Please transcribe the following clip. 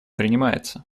принимается